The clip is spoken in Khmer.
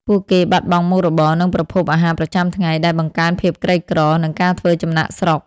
ពួកគេបាត់បង់មុខរបរ និងប្រភពអាហារប្រចាំថ្ងៃ ដែលបង្កើនភាពក្រីក្រ និងការធ្វើចំណាកស្រុក។